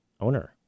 owner